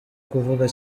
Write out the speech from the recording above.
kuvuga